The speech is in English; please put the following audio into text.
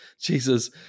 Jesus